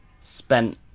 spent